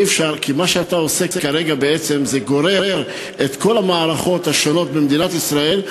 כי מה שאתה עושה כרגע בעצם גורר את כל המערכות השונות במדינת ישראל,